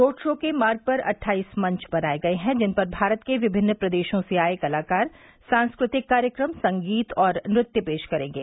road show के मार्ग पर अट्ठाईस मंच बनाए गए हैं जिन पर भारत के विभिन्न प्रदेशों से आए कलाकार सांस्कृतिक कार्यक्रम संगीत और नृत्य पेश करेंगे